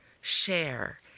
share